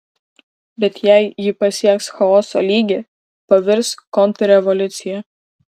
bet jei ji pasieks chaoso lygį pavirs kontrrevoliucija